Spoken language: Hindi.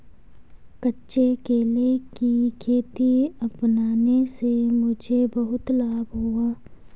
कच्चे केले की खेती अपनाने से मुझे बहुत लाभ हुआ है